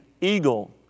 eagle